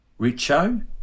Richo